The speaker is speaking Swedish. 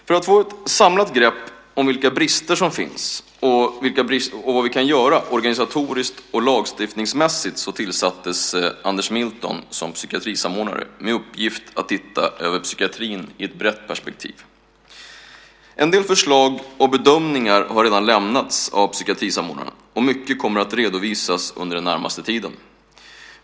För att få ett samlat grepp om vilka brister som finns och vad vi kan göra organisatoriskt och lagstiftningsmässigt tillsattes Anders Milton som psykiatrisamordnare med uppgift att titta över psykiatrin i ett brett perspektiv. En del förslag och bedömningar har redan lämnats av psykiatrisamordnaren och mycket kommer att redovisas under den närmaste tiden.